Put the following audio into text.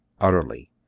utterly